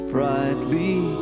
Brightly